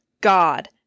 God